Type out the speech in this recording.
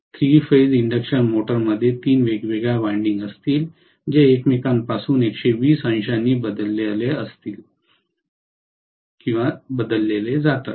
three phase induction मोटरमध्ये तीन वेगवेगळ्या वायंडिंग असतील जे एकमेकांपासून 120 अंशांनी बदलले जातात